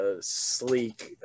sleek